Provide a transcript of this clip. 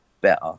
better